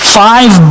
five